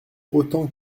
autant